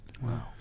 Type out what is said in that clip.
Wow